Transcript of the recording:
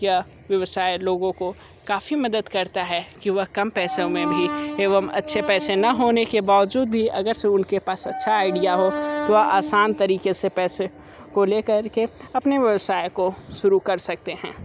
यह व्यवसाय लोगों को काफ़ी मदद करता है कि वह कम पैसों में भी एवं अच्छे पैसे ना होने के बावजूद भी अगर उनके पास अच्छा आइडिया हो तो आसान तरीके से पैसे को लेकर के अपने व्यवसाय को शुरू कर सकते हैं